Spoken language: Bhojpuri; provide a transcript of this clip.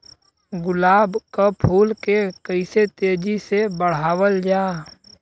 गुलाब क फूल के कइसे तेजी से बढ़ावल जा?